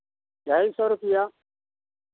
ढाई सौ रुपैया